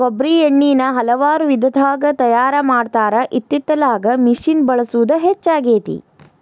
ಕೊಬ್ಬ್ರಿ ಎಣ್ಣಿನಾ ಹಲವಾರು ವಿಧದಾಗ ತಯಾರಾ ಮಾಡತಾರ ಇತ್ತಿತ್ತಲಾಗ ಮಿಷಿನ್ ಬಳಸುದ ಹೆಚ್ಚಾಗೆತಿ